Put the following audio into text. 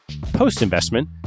Post-investment